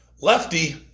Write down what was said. lefty